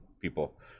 people